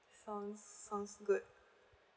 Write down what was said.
sounds sounds good